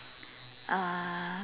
uh